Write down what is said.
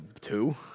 two